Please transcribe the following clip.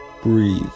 Breathe